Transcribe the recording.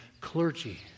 clergy